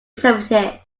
seventy